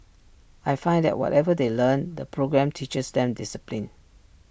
I find that whatever they learn the programme teaches them discipline